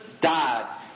died